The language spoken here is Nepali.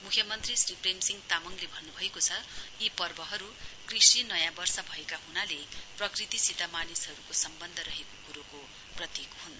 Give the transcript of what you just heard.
मुख्यमन्त्री श्री प्रेमसिंह तामङले भन्नभएको छ यी पर्वहरु कृषि नयाँ वर्ष भएका हनाले प्रकृतिसित मानिसहरुको सम्वन्ध रहेको कुरोको प्रतीक हुन्